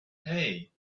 hey